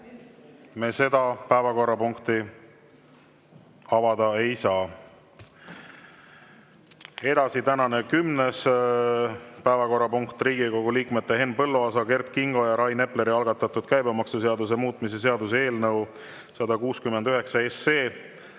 me selle päevakorrapunkti arutelu avada ei saa. Edasi, tänane kümnes päevakorrapunkt, Riigikogu liikmete Henn Põlluaasa, Kert Kingo ja Rain Epleri algatatud käibemaksuseaduse muutmise seaduse eelnõu 169.